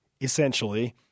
essentially